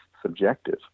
subjective